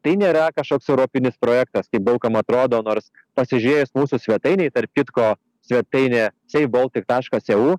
tai nėra kažkoks europinis projektas kaip daug kam atrodo nors pasižiūrėjus mūsų svetainėj tarp kitko svetainė seiv boltik taškas eu